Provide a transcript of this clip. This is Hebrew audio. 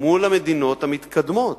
מול המדינות המתקדמות.